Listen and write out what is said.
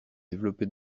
développé